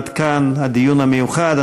עד כאן הדיון המיוחד.